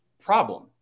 problem